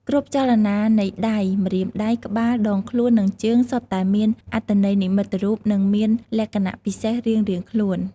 គ្រប់ចលនានៃដៃ ម្រាមដៃ ក្បាល ដងខ្លួន និងជើង សុទ្ធតែមានអត្ថន័យនិមិត្តរូប និងមានលក្ខណៈពិសេសរៀងៗខ្លួន។